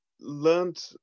learned